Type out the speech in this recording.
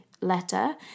letter